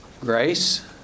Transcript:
Grace